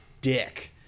dick